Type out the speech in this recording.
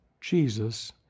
Jesus